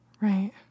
Right